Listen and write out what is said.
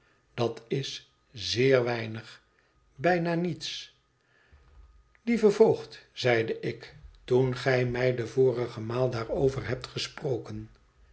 dat is zeer weinig bijna niets lieve voogd zeide ik toen gij mij de vorige maal daarover hebt gesproken